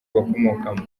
bakomokamo